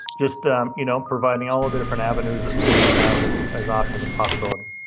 just you know, providing all of the different avenues that students have is as options and possibilities.